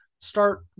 start